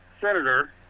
Senator